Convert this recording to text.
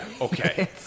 okay